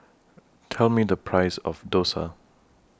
Tell Me The Price of Dosa